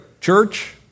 church